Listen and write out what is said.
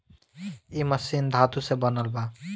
इ मशीन धातु से बनल बा